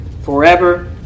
forever